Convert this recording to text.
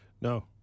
no